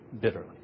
bitterly